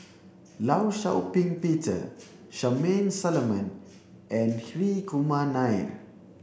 Law Shau Ping Peter Charmaine Solomon and Hri Kumar Nair